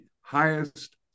highest